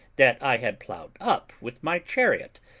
that i had ploughed up with my chariot.